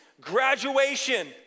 graduation